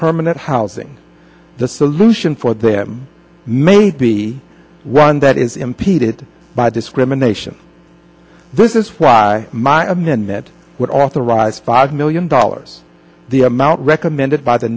permanent housing the solution for them may be one that is impeded by discrimination this is why my amendment would authorize five million dollars the amount recommended by the